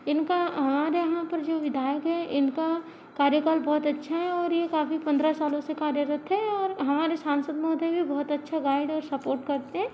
इनका हमारे यहाँ पर जो विधायक हैं इनका कार्यकाल बहुत अच्छा है और ये काफ़ी पंद्रह सालों से कार्यरत हैं और हमारे सांसद महोदय भी बहुत अच्छा गाइड और सपोर्ट करते हैं